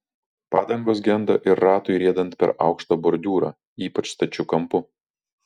padangos genda ir ratui riedant per aukštą bordiūrą ypač stačiu kampu